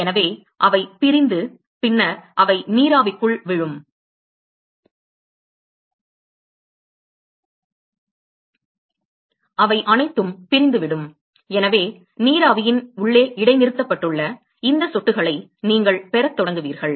எனவே அவை பிரிந்து பின்னர் அவை நீராவிக்குள் விழும் அவை அனைத்தும் பிரிந்துவிடும் எனவே நீராவியின் உள்ளே இடைநிறுத்தப்பட்டுள்ள இந்த சொட்டுகளை நீங்கள் பெறத் தொடங்குவீர்கள்